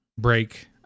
break